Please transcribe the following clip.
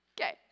Okay